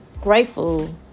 grateful